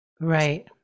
Right